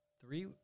three